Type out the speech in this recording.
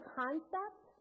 concept